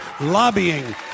lobbying